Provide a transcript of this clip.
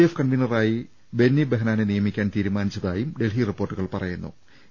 F കൺവീനറായി ബെന്നി ബഹനാനെ നിയ മിക്കാൻ തീരുമാനിച്ചതായും ഡൽഹി റിപ്പോർട്ടുകൾ പറയു ന്നു